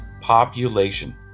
population